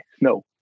no